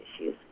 issues